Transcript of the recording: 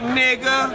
nigga